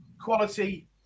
quality